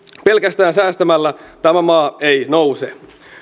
pelkästään säästämällä tämä maa ei nouse